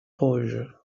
позже